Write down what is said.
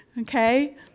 Okay